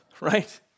right